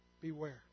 beware